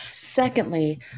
Secondly